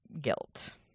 guilt